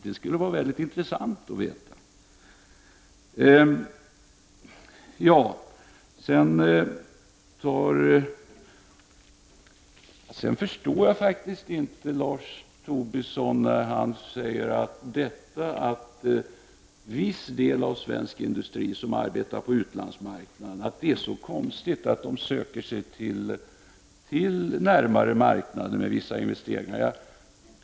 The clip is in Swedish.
Sedan förstår jag faktiskt inte att Lars Tobisson tycker att det är så konstigt att en viss del av svensk industri som arbetar på utlandsmarknaden söker sig närmare marknaden med vissa investeringar.